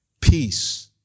peace